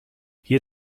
hier